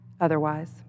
otherwise